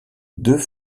deux